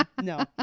No